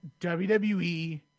WWE